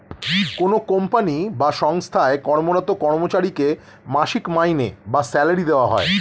কোনো কোম্পানি বা সঙ্গস্থায় কর্মরত কর্মচারীকে মাসিক মাইনে বা স্যালারি দেওয়া হয়